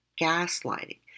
gaslighting